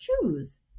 choose